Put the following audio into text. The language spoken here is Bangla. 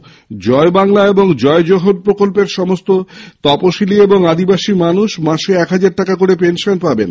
জয় বাংলা ও জয় জোহর প্রকল্পের সমস্ত তপশিলী ও আদিবাসী মানুষ মাসে এক হাজার টাকা করে পেনশন পাবেন